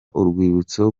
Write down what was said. urwibutso